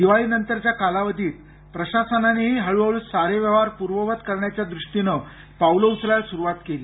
दिवाळीनंतरच्या कालावधीत प्रशासनानेही हळूहळू सारे व्यवहार पूर्ववत सुरु करण्याच्या दृष्टीनं पावलं उचलायला सुरुवात केली